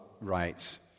Writes